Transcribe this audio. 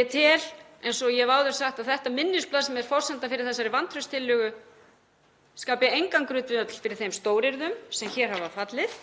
Ég tel, eins og ég hef áður sagt, að þetta minnisblað sem er forsenda fyrir þessari vantrauststillögu skapi engan grundvöll fyrir þeim stóryrðum sem hér hafa fallið.